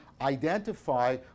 identify